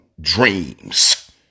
Dreams